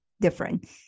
different